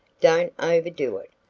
don't overdo it.